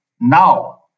now